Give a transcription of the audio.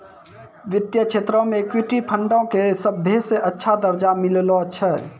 वित्तीय क्षेत्रो मे इक्विटी फंडो के सभ्भे से अच्छा दरजा मिललो छै